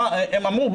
הם אמרו,